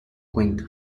cuenta